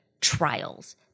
trials